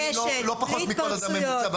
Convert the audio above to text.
לא ימית אדם תרנגולת מטילה אלא באחת הדרכים